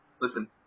Listen